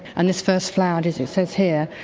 and this first flowered, as it says here,